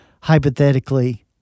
hypothetically